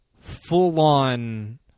Full-on